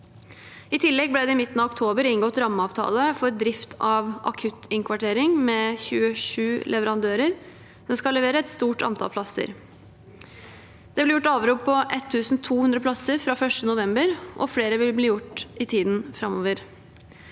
I tillegg ble det i midten av oktober inngått rammeavtale for drift av akuttinnkvartering med 27 leverandører, som skal levere et stort antall plasser. Det ble gjort avrop på 1 200 plasser fra 1. november, og flere avrop vil bli gjort i tiden framover.